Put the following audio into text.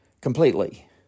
completely